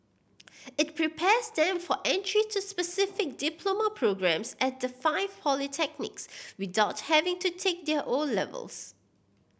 it prepares them for entry to specific diploma programmes at the five polytechnics without having to take their O levels